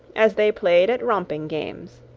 as they played at romping games.